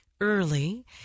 early